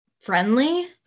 friendly